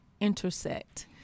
intersect